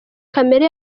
kamere